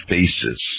Faces